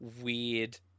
weird